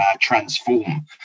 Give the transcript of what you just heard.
transform